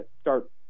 start